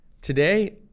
Today